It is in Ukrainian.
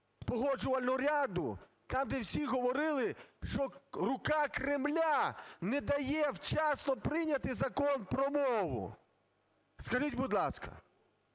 Погоджувальну раду, там, де всі говорили, що "рука Кремля" не дає вчасно прийняти Закон про мову. Скажіть, будь ласка,